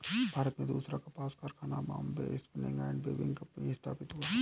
भारत में दूसरा कपास कारखाना Bombay spinning and weaving company स्थापित हुआ